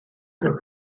ist